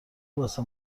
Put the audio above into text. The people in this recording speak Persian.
واسه